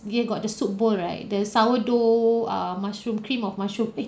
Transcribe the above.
they have got the soup bowl right the sour dough err mushroom cream of mushroom eh